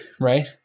right